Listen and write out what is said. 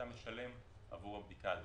אתה משלם עבור הבדיקה הזאת.